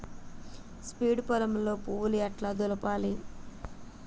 Seeds పొలంలో పువ్వు ఎట్లా దులపాలి?